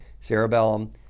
Cerebellum